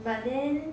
but then